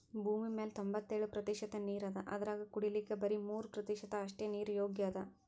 ಭೂಮಿಮ್ಯಾಲ್ ತೊಂಬತ್ತೆಳ್ ಪ್ರತಿಷತ್ ನೀರ್ ಅದಾ ಅದ್ರಾಗ ಕುಡಿಲಿಕ್ಕ್ ಬರಿ ಮೂರ್ ಪ್ರತಿಷತ್ ಅಷ್ಟೆ ನೀರ್ ಯೋಗ್ಯ್ ಅದಾ